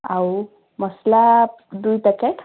ଆଉ ମସଲା ଦୁଇ ପ୍ୟାକେଟ୍